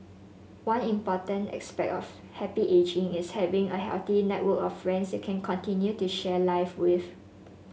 one important aspect of happy ageing is having a healthy network of friends you can continue to share life with